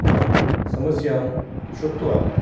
अहं समस्यां श्रुत्वा